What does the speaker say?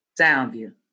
Soundview